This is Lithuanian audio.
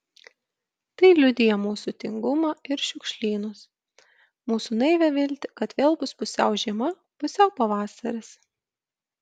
tai liudija mūsų tingumą ir šiukšlynus mūsų naivią viltį kad vėl bus pusiau žiema pusiau pavasaris